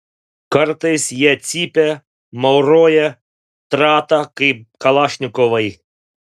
kartais jie cypia mauroja trata kaip kalašnikovai